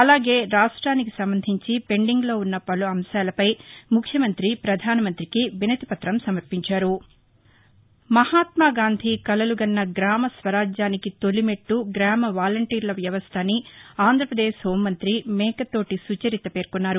అలాగే రాష్ట్రానికి సంబంధించి పెండింగ్లో ఉన్న పలు అంశాలపై ముఖ్యమంతి పధానమంతికి వినతిపత్రం సమర్పించారు మహత్మాగాంధీ కలలుగన్న గ్రామ స్వారాజ్యానికి తొలి మెట్లు గ్రామ వాలంటీర్ల వ్యవస్ల అని ఆంధ్రప్రదేశ్ హోంమంతి మేకతోటీ సుచరిత పేర్కొన్నారు